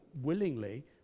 willingly